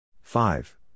five